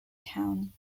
town